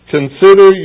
Consider